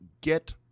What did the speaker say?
get